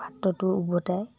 পাত্ৰটো উভতাই